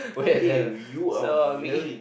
okay you are very